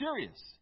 serious